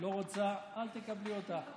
לא רוצה, אל תקבלי אותה.